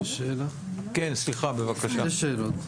שתי שאלות.